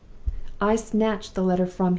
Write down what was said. i snatched the letter from him.